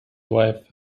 wife